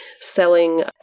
selling